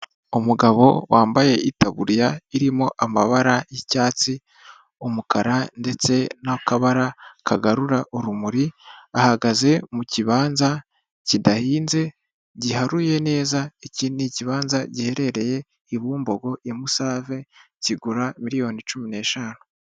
mugabo wambaye itaburiya irimo amabara y'icyatsi, umukara ndetse n'akabara kagarura urumuri ahagaze mu kibanza kidahinze giharuye neza iki ikibanza giherereye i bumbogo i musave kigura miliyoni cumi n'eshanu.